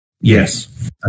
Yes